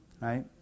Right